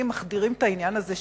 מחדירים את העניין הזה,